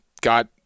got